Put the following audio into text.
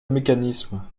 mécanisme